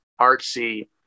artsy